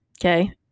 okay